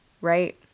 right